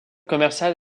commercial